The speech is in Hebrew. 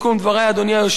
אדוני היושב-ראש,